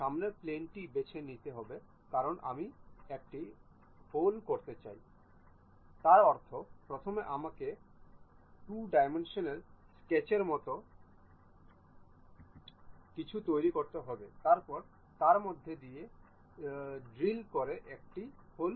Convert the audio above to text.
সামনের প্লেনটি বেছে নিন কারণ আমি একটি গর্ত করতে চাই তার অর্থ প্রথমে আমাকে 2 ডাইমেনশনাল স্কেচের মতো কিছু তৈরি করতে হবে তারপরে তার মধ্যে দিয়ে ড্রিল করে একটি হোল